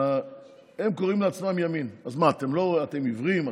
הם קוראים לעצמם ימין, אז מה, אתם עיוורים?